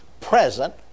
present